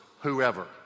whoever